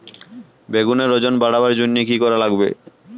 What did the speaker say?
বেগুনের ওজন বাড়াবার জইন্যে কি কি করা লাগবে?